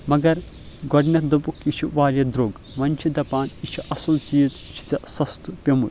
مگر گۄڈنٮ۪تھ دوٚپُکھ یہِ چھُ واریاہ دروٚگ وۄنۍ چھ دپان یہِ چھ اَصل چیٖز یہِ چھی ژےٚ سستہٕ پیوٚمُت